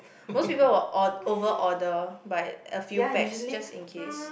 most people will or~ over order by a few pax just in case